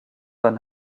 von